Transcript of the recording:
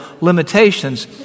limitations